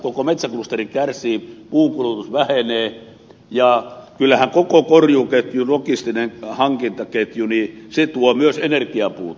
koko metsäklusteri kärsii puunkulutus vähenee ja kyllähän koko korjuuketjun logistinen hankintaketju tuo myös energiapuuta